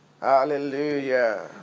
Hallelujah